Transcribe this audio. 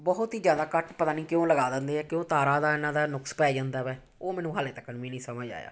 ਬਹੁਤ ਹੀ ਜ਼ਿਆਦਾ ਕੱਟ ਪਤਾ ਨਹੀਂ ਕਿਉਂ ਲਗਾ ਦਿੰਦੇ ਆ ਕਿਉਂ ਤਾਰਾਂ ਦਾ ਇਹਨਾਂ ਦਾ ਨੁਕਸ ਪੈ ਜਾਂਦਾ ਹੈ ਉਹ ਮੈਨੂੰ ਹਾਲੇ ਤੱਕ ਵੀ ਨਹੀਂ ਸਮਝ ਆਇਆ